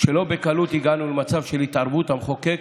שלא בקלות הגענו למצב של התערבות המחוקק